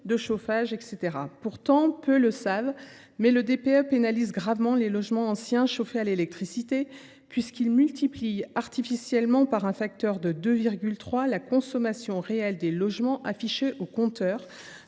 de chauffage. Pourtant, peu le savent : le DPE pénalise lourdement les logements anciens chauffés à l’électricité, puisqu’il multiplie artificiellement par 2,3 la consommation réelle des logements affichée au compteur,